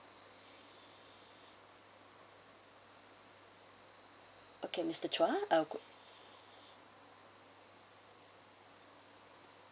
okay mister chua ah good